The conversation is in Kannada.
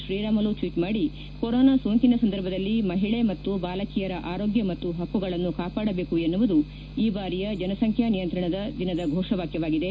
ಶ್ರೀರಾಮುಲು ಟ್ವೀಟ್ ಮಾಡಿ ಕೊರೊನಾ ಸೋಂಕಿನ ಸಂದರ್ಭದಲ್ಲಿ ಮಹಿಳೆ ಮತ್ತು ಬಾಲಕಿಯರ ಆರೋಗ್ಯ ಮತ್ತು ಹಕ್ಕುಗಳನ್ನು ಕಾಪಾಡಬೇಕು ಎನ್ನುವುದು ಈ ಬಾರಿಯ ಜನಸಂಖ್ಯಾ ದಿನದ ಘೋಷವಾಕ್ಯವಾಗಿದೆ